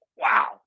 Wow